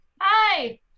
Hi